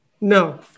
No